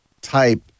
type